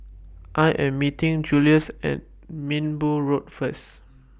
I Am meeting Julious At Minbu Road First